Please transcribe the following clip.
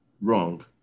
wrong